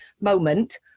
moment